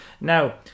Now